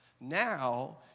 Now